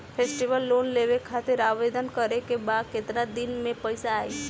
Festival loan लेवे खातिर आवेदन करे क बाद केतना दिन म पइसा आई?